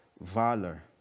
valor